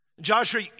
Joshua